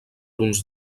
uns